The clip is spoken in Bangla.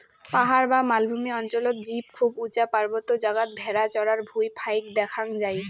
পাহাড় বা মালভূমি অঞ্চলত জীব খুব উচা পার্বত্য জাগাত ভ্যাড়া চরার ভুঁই ফাইক দ্যাখ্যাং যাই